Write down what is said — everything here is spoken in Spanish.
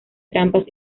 trampas